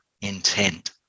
intent